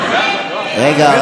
רגע,